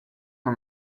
for